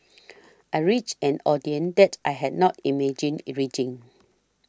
I reached an audience that I had not imagined